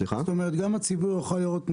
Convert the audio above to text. גם הציבור יוכל לראות?